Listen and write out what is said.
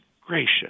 gracious